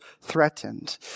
threatened